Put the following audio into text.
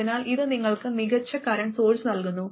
അതിനാൽ ഇത് നിങ്ങൾക്ക് മികച്ച കറന്റ് സോഴ്സ് നൽകുന്നു